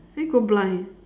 then you go blind